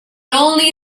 only